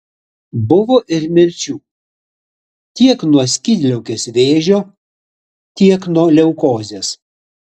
buvo ir mirčių tiek nuo skydliaukės vėžio tiek nuo leukozės